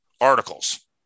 articles